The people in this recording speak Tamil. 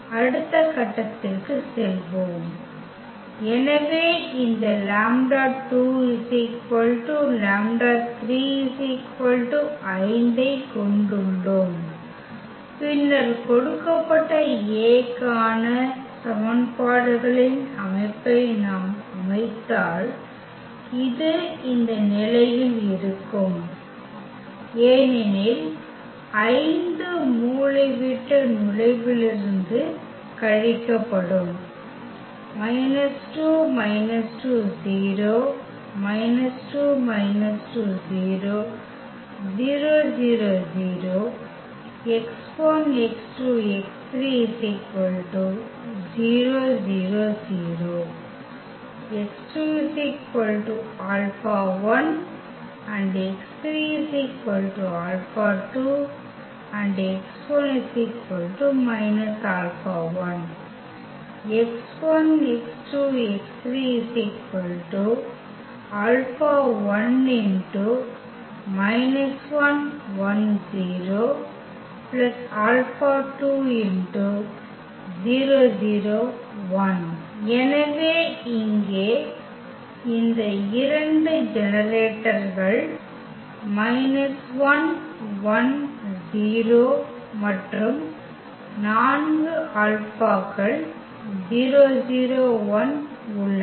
அடுத்த கட்டத்திற்கு செல்வோம் எனவே இந்த λ2 λ3 5 ஐக் கொண்டுள்ளோம் பின்னர் கொடுக்கப்பட்ட A க்கான சமன்பாடுகளின் அமைப்பை நாம் அமைத்தால் இது இந்த நிலையில் இருக்கும் ஏனெனில் 5 மூலைவிட்ட நுழைவிலிருந்து கழிக்கப்படும் எனவே இங்கே இந்த 2 ஜெனரேட்டர்கள் மற்றும் 4 ஆல்பாக்கள் உள்ளன